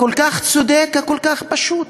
הכל-כך צודק, הכל-כך פשוט: